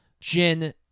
Jin